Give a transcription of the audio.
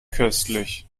köstlich